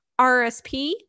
RSP